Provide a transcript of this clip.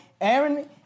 Aaron